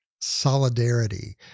solidarity